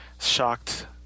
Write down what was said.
shocked